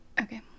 Okay